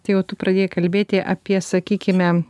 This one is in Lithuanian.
tai jau tu pradėjai kalbėti apie sakykime